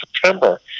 September